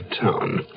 town